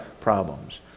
problems